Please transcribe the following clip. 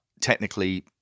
technically